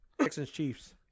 Texans-Chiefs